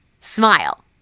smile